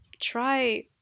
try